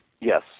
Yes